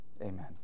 Amen